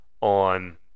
on